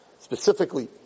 specifically